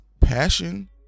passion